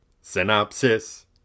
Synopsis